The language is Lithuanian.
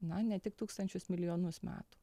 na ne tik tūkstančius milijonus metų